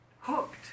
hooked